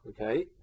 okay